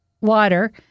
water